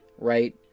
right